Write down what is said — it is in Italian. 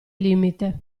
limite